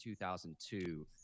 2002